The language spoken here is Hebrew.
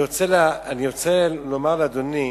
אני רוצה לומר לאדוני,